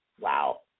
Wow